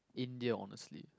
India honestly